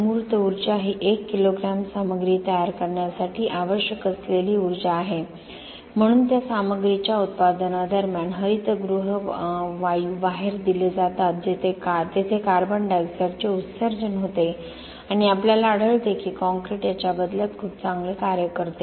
मूर्त ऊर्जा ही 1 किलोग्रॅम सामग्री तयार करण्यासाठी आवश्यक असलेली ऊर्जा आहे म्हणून त्या सामग्रीच्या उत्पादनादरम्यान हरितगृह वायू बाहेर दिले जातात तेथे कार्बन डायऑक्साइडचे उत्सर्जन होते आणि आपल्याला आढळते की काँक्रीट याच्या बदल्यात खूप चांगले कार्य करते